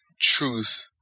truth